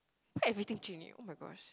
why everything Jun-Yi oh-my-gosh